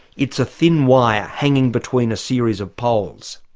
it's a thin wire hanging between a series of poles.